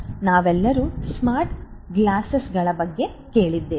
ನಾವೆಲ್ಲರೂ ಸ್ಮಾರ್ಟ್ ಗ್ಲಾಸ್ಗಳ ಬಗ್ಗೆ ಕೇಳಿದ್ದೇವೆ